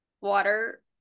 water